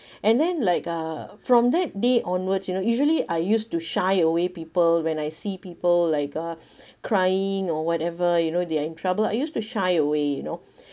and then like uh from that day onwards you know usually I use to shy away people when I see people like uh crying or whatever you know they are in trouble I used to shy away you know